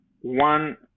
one